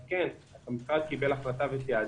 אז המשרד קיבל החלטה ותעדף.